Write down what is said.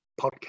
podcast